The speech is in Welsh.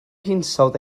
hinsawdd